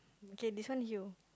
okay this one you